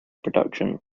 production